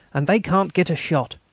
and they can't get a shot.